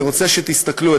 אני רוצה שתסתכלו,